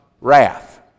wrath